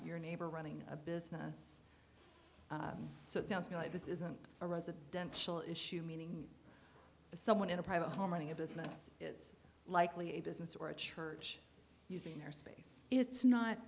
your neighbor running a business so it sounds like this isn't a residential issue meaning someone in a private home running a business is likely a business or a church using their space it's not